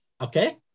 Okay